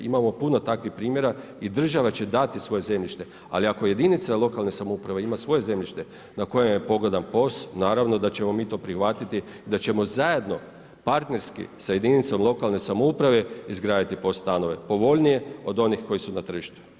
Imamo puno takvih primjera i država će dati svoje zemljište ali ako jedinica lokalne samouprave ima svoje zemljište na kojoj je pogodan POS, naravno da ćemo mi to prihvatiti i da ćemo zajedno partnerski sa jedinicom lokalne samouprave izgraditi POS stanove povoljnije od onih koju su na tržištu.